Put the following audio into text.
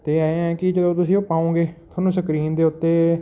ਅਤੇ ਐਂ ਆ ਕਿ ਜਦੋਂ ਤੁਸੀਂ ਉਹ ਪਾਉਂਗੇ ਤੁਹਾਨੂੰ ਸਕਰੀਨ ਦੇ ਉੱਤੇ